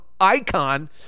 icon